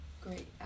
great